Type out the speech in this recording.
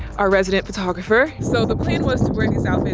our resident photographer. so the plan was to bring these outfits,